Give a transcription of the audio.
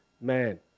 man